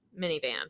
minivan